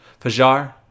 Fajar